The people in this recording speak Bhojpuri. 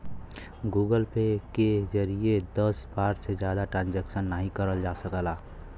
गूगल पे के जरिए दस बार से जादा ट्रांजैक्शन नाहीं करल जा सकला